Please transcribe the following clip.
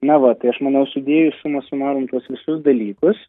na va tai aš manau sudėjusi suma sumarum tuos visus dalykus